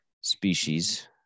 species